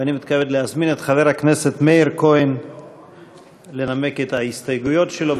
ואני מתכבד להזמין את חבר הכנסת מאיר כהן לנמק את ההסתייגויות שלו,